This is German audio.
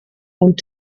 und